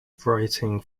writing